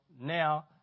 now